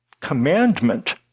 commandment